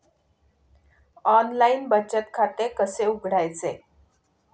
Online बचत खाते कसे उघडायचे?